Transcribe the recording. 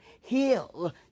heal